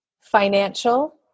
financial